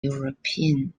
european